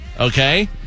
Okay